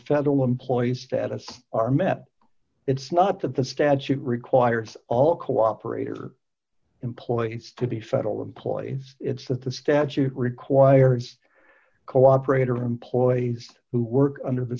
federal employees status are met it's not that the statute requires all cooperator employees to be federal employees it's that the statute requires cooperative employees who work under the